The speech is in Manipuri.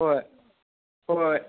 ꯍꯣꯏ ꯍꯣꯏ ꯍꯣꯏ